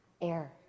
Air